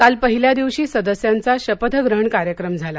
काल पहिल्या दिवशी सदस्यांचा शपथग्रहण कार्यक्रम झाला